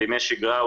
בימי שיגרה,